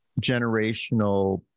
generational